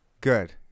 Good